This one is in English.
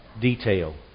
detail